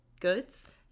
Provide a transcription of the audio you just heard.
goods